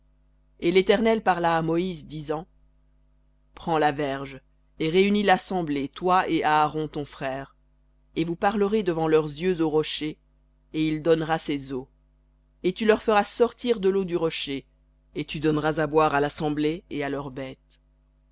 et l'éternel parla à moïse disant prends la verge et réunis l'assemblée toi et aaron ton frère et vous parlerez devant leurs yeux au rocher et il donnera ses eaux et tu leur feras sortir de l'eau du rocher et tu donneras à boire à l'assemblée et à leurs bêtes